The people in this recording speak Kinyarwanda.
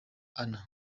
anna